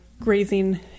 grazing